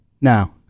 Now